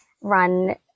run